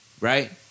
Right